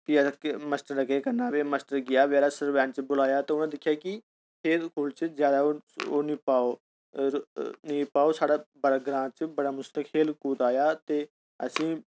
माश्टरे दा केह् करना फिर माश्टर गेआ बचेरे सरपंच बलाया ते उनें दिक्खेआ कि खेल कूद च ओह् नी पाओ साढ़े ग्रां च बड़ा मुश्कल खेल कूद आया ते